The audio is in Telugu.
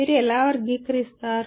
మీరు ఎలా వర్గీకరిస్తారు